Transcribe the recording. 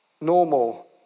normal